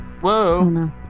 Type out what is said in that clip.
Whoa